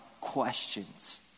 questions